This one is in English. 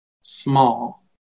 small